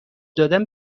دادن